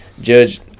Judge